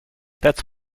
that’s